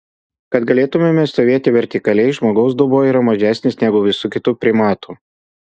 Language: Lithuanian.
kad galėtumėme stovėti vertikaliai žmogaus dubuo yra mažesnis negu visų kitų primatų